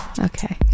Okay